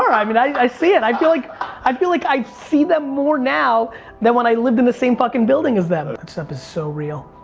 i mean i see it. i feel like i feel like i see them more now than when i lived in the same fucking building as them. that stuff is so real.